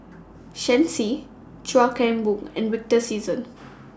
Shen Xi Chuan Keng Boon and Victor Sassoon